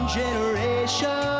generation